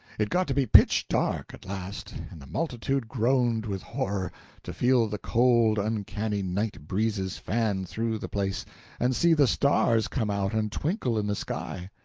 it got to be pitch dark, at last, and the multitude groaned with horror to feel the cold uncanny night breezes fan through the place and see the stars come out and twinkle in the sky.